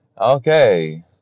Okay